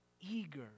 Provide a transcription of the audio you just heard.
eager